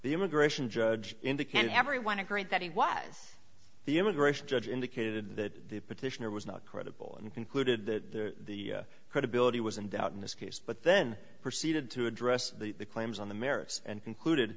the immigration judge indicated everyone agreed that he was the immigration judge indicated that the petitioner was not credible and concluded that the credibility was in doubt in this case but then proceeded to address the claims on the merits and concluded